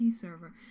server